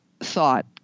thought